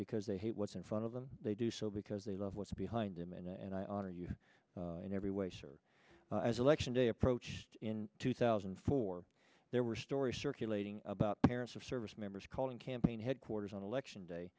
because they hate what's in front of them they do so because they love what's behind them and i honor you in every way sir as election day approached in two thousand and four there were stories circulating about parents of service members holding campaign headquarters on election day